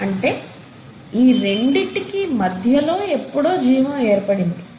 అంటే ఈ రెండిటికి మధ్యలో ఎప్పుడో జీవం ఏర్పడింది